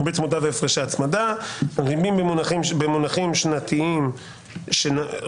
ריבית צמודה והפרשי הצמדה --- ריבית במונחים שנתיים --- שיעור